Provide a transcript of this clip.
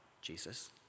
Jesus